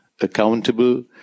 accountable